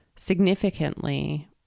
significantly